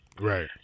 Right